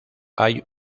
hay